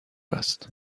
است